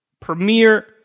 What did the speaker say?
premier